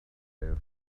have